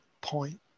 point